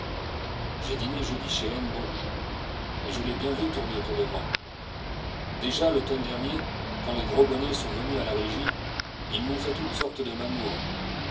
j'ai dîné jeudi chez hennebeau et je l'ai bien vu tourner autour de moi déjà l'automne dernier quand les gros bonnets sont venus à la régie ils m'ont fait toutes sortes de mamours